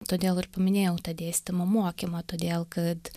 todėl ir paminėjau tą dėstymą mokymą todėl kad